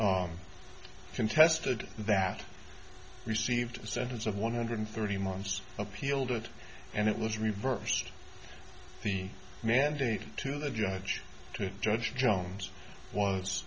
contested that received a sentence of one hundred thirty months appealed it and it was reversed the mandate to the judge to judge jones was